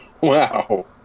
Wow